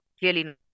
clearly